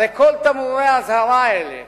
הרי כל תמרורי האזהרה האלה